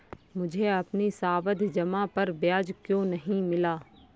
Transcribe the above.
मुझे अपनी सावधि जमा पर ब्याज क्यो नहीं मिला?